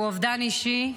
-- הוא אובדן אישי,